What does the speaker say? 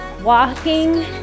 Walking